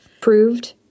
proved